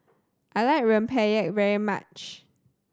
I like Rempeyek very much